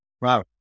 wow